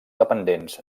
dependents